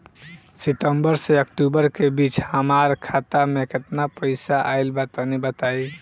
सितंबर से अक्टूबर के बीच हमार खाता मे केतना पईसा आइल बा तनि बताईं?